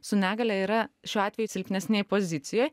su negalia yra šiuo atveju silpnesnėj pozicijoj